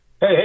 Hey